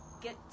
get